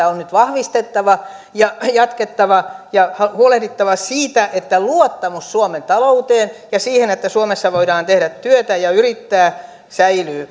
on nyt vahvistettava ja jatkettava ja huolehdittava siitä että luottamus suomen talouteen ja siihen että suomessa voidaan tehdä työtä ja yrittää säilyy